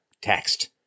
text